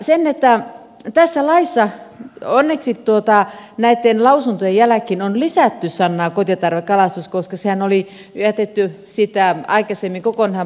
tähän lakiin on onneksi näitten lausuntojen jälkeen lisätty sana kotitarvekalastus koska sehän oli jätetty siitä aikaisemmin kokonaan pois